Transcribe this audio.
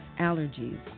allergies